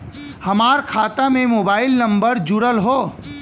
हमार खाता में मोबाइल नम्बर जुड़ल हो?